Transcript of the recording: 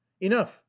enough